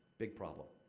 big problem.